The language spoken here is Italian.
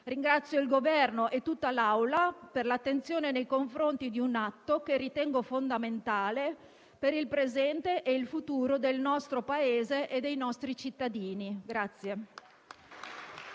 Ringrazio il Governo e tutta l'Assemblea per l'attenzione nei confronti di un atto che ritengo fondamentale per il presente e il futuro del nostro Paese e dei nostri cittadini.